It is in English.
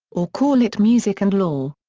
or call it music and law.